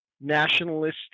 nationalistic